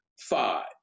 Five